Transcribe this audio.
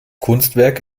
kunstwerk